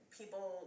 people